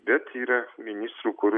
bet yra ministrų kurių